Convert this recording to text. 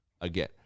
Again